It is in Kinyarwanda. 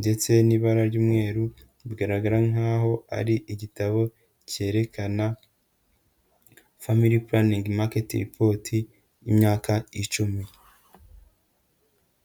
ndetse n'ibara ry'umweru, bigaragara nkaho ari igitabo kerekana Family Planing Market Repot y'imyaka icumi.